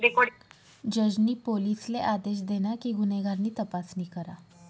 जज नी पोलिसले आदेश दिना कि गुन्हेगार नी तपासणी करा